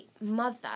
mother